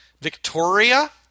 Victoria